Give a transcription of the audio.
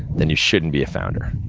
then, you shouldn't be a founder.